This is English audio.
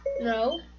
No